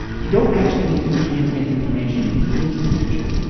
you don't actually need to transmit information into the future.